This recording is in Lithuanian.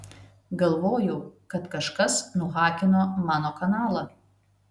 galvojau kad kažkas nuhakino mano kanalą